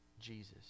Jesus